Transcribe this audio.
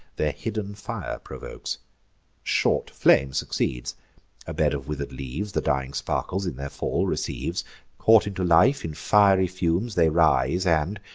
their hidden fire provokes short flame succeeds a bed of wither'd leaves the dying sparkles in their fall receives caught into life, in fiery fumes they rise, and,